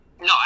No